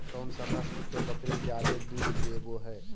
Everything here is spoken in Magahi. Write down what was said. कौन सा नस्ल के बकरी जादे दूध देबो हइ?